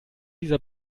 dieser